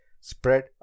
spread